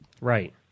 right